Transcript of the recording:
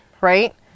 right